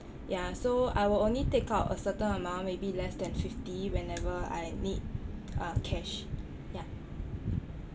yah so I will only take out a certain amount maybe less than fifty whenever I need uh cash ya